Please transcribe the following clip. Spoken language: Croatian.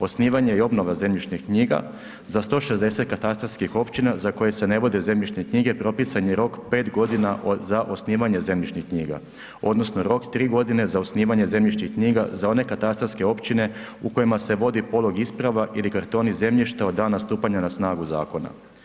Osnivanje i obnova zemljišnih knjiga, za 160 katastarskih općina za koje se ne vode zemljišne knjige, propisan je rok 5 godina za osnivanje zemljišnih knjiga, odnosno rok 3 godine za osnivanje zemljišnih knjiga za one katastarske općine u kojima se vodi polog isprava ili kartoni zemljišta od dana stupanja na snagu zakona.